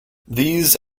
these